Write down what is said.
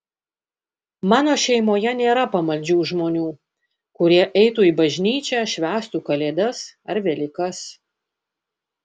mano šeimoje nėra pamaldžių žmonių kurie eitų į bažnyčią švęstų kalėdas ar velykas